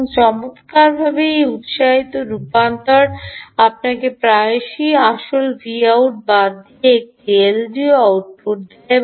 এবং চমত্কারভাবে এই উত্সাহিত রূপান্তর আপনাকে প্রায়শই আসল Vout বাদ দিয়ে একটি এলডিও আউটপুট দেয়